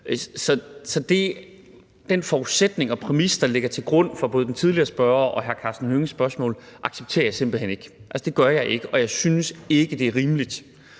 Så den forudsætning, den præmis, der ligger til grund for både den tidligere spørgers og hr. Karsten Hønges spørgsmål, accepterer jeg simpelt hen ikke. Altså, det gør jeg ikke, og jeg synes ikke, det er rimeligt